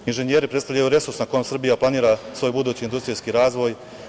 Inženjeri predstavljaju resurs na kome Srbija planira svoje budući industrijski razvoj.